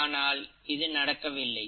ஆனால் இது நடக்கவில்லை